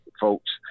folks